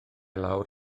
lawr